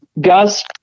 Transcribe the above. Gus